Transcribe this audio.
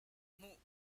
hmuh